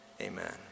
amen